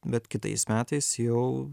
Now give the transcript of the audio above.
bet kitais metais jau